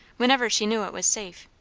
whenever she knew it was safe.